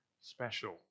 special